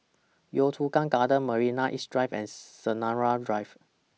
Yio Chu Kang Gardens Marina East Drive and Sinaran Drive